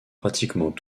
pratiquement